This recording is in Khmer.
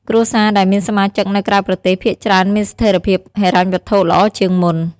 គ្រួសារដែលមានសមាជិកនៅក្រៅប្រទេសភាគច្រើនមានស្ថេរភាពហិរញ្ញវត្ថុល្អជាងមុន។